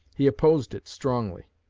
he opposed it strongly.